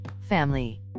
family